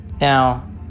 Now